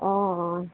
অঁ অঁ